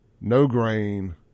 no-grain